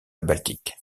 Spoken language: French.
baltique